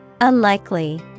Unlikely